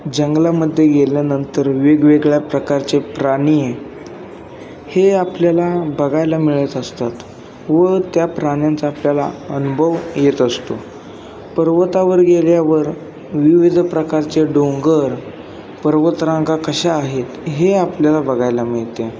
जंगलामध्ये गेल्यानंतर वेगवेगळ्या प्रकारचे प्राणी हे आपल्याला बघायला मिळत असतात व त्या प्राण्यांचा आपल्याला अनुभव येत असतो पर्वतावर गेल्यावर विविध प्रकारचे डोंगर पर्वतरांगा कशा आहेत हे आपल्याला बघायला मिळते